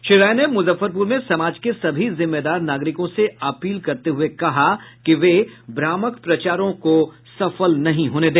श्री राय ने मुजफ्फरपुर में समाज के सभी जिम्मेदार नागरिकों से अपील करते हुए कहा कि वे भ्रामक प्रचारों को सफल नहीं होने दे